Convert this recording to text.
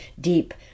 deep